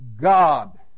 God